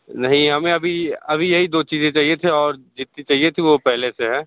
नहीं हमें अभी अभी यही दो चीज़ें चाहिए थी और जितनी चाहिए थी वो पहले से है